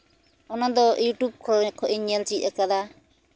ᱚᱱᱟᱫᱚ ᱤᱭᱩᱴᱩᱵᱽ ᱠᱚᱨᱮ ᱠᱷᱚᱡ ᱤᱧ ᱧᱮᱞ ᱪᱮᱫ ᱟᱠᱟᱫᱟ